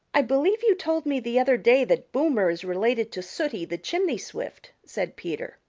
i believe you told me the other day that boomer is related to sooty the chimney swift, said peter.